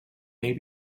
may